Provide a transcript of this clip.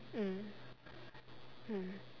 mm mm